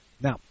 Now